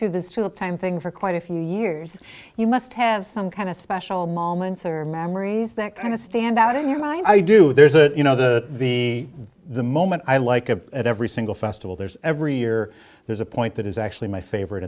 through the time thing for quite a few years you must have some kind of special moments or memories that kind of stand out in your mind i do there's a you know the be the moment i like of every single festival there's every year there's a point that is actually my favorite